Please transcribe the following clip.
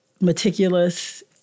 meticulous